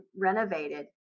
renovated